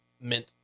meant